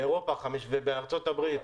באירופה ובארצות הברית,